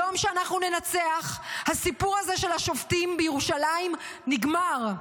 ביום שאנחנו ננצח הסיפור הזה של שופטים בירושלים נגמר,